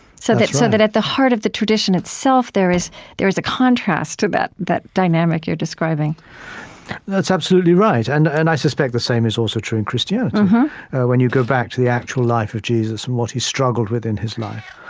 so so that at the heart of the tradition itself, there is there is a contrast to that that dynamic you're describing that's absolutely right. and and i suspect the same is also true in christianity when you go back to the actual life of jesus and what he struggled with in his life.